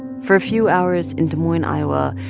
for a few hours in des moines, iowa,